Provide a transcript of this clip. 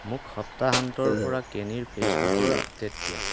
মোক সপ্তাহান্তৰ পৰা কেনীৰ ফেইচবুকৰ আপডেট দিয়া